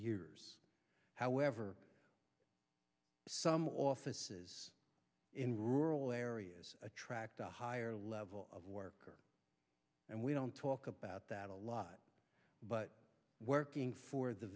years however some offices in rural areas attract a higher level of worker and we don't talk about that a lot but working for the